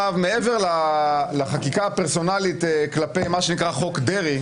09:34) מעבר לחקיקה הפרסונלית כלפי מה שנקרא "חוק דרעי",